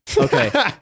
Okay